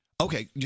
okay